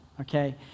okay